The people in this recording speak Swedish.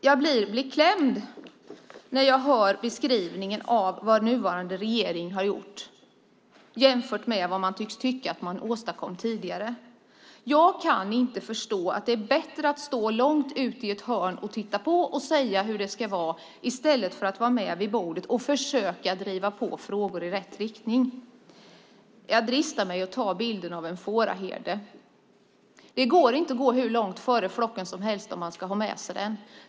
Jag blir beklämd, herr talman, när jag hör beskrivas vad den nuvarande regeringen har gjort jämfört med vad man tycks anse åstadkoms tidigare. Jag kan inte förstå att det är bättre att stå i ett hörn och titta på och sedan säga hur det ska vara i stället för att vara med vid bordet och försöka driva frågorna i rätt riktning. Jag dristar mig till att göra jämförelsen med en fåraherde. Man kan inte gå hur långt före flocken som helst om man ska ha den med sig.